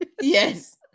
Yes